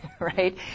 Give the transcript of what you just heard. Right